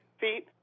feet